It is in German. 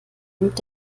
kommt